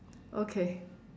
okay